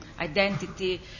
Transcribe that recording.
identity